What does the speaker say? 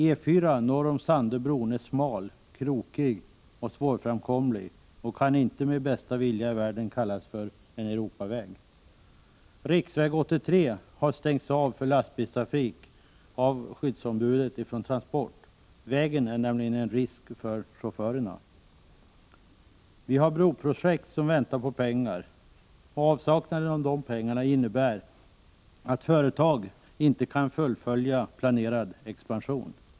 E 4 norr om Sandöbron är smal, krokig och svårframkomlig och kan inte med bästa vilja i världen kallas för en Europaväg. Riksväg 83 har stängts av för lastbilstrafik av skyddsombudet från Transport. Vägen utgör nämligen en risk för chaufförerna. Flera broprojekt väntar på pengar. Avsaknaden av dessa pengar innebär att företag inte kan fullfölja planerad expansion.